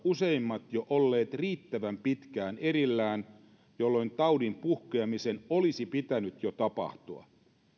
useimmat ovat jo olleet riittävän pitkään erillään jolloin taudin puhkeamisen olisi pitänyt jo tapahtua